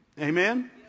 Amen